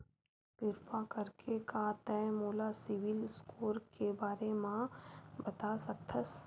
किरपा करके का तै मोला सीबिल स्कोर के बारे माँ बता सकथस?